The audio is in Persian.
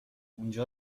اونجا